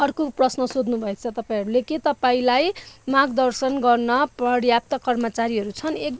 अर्को प्रश्न सोध्नुभएछ तपाईँहरूले के तपाईँलाई मार्गदर्शन गर्न पर्याप्त कर्मचारीहरू छन्